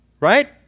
Right